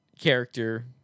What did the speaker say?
character